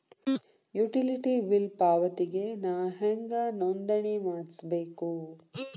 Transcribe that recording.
Utility bill ಪಾವತಿಗೆ ನಾ ಹೆಂಗ್ ನೋಂದಣಿ ಮಾಡ್ಸಬೇಕು?